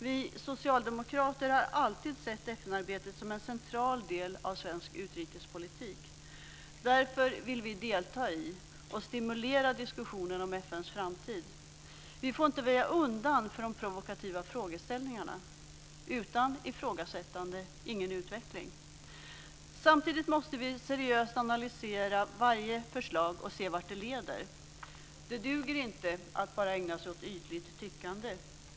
Vi socialdemokrater har alltid sett FN-arbetet som en central del av svensk utrikespolitik. Därför vill vi delta i och stimulera diskussionen om FN:s framtid. Vi får inte väja undan för de provokativa frågeställningarna. Utan ifrågasättande, ingen utveckling. Samtidigt måste vi seriöst analysera varje förslag och se vart det leder. Det duger inte att bara ägna sig åt ytligt tyckande.